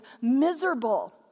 miserable